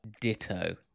ditto